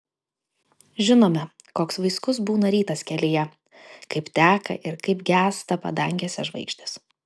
žinome koks vaiskus būna rytas kelyje kaip teka ir kaip gęsta padangėse žvaigždės